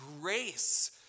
grace